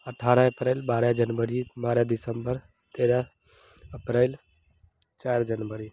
अठारह एप्रैल बारह जनवरी बारह दिसंबर तेरह अप्रैल चार जनवरी